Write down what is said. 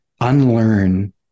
unlearn